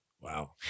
Wow